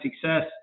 success